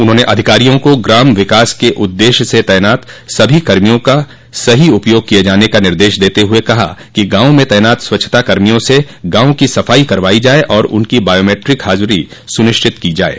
उन्होंने अधिकारियों को ग्राम विकास के उद्देश्य से तैनात सभी कर्मियों का सही उपयोग किये जाने का निर्देश देते हुए कहा कि गाँवों में तैनात स्वच्छता कर्मियों से गाँवों की सफाई करवाई जाय और उनकी बायोमैट्रिक हाजिरी सुनिश्चित की जाये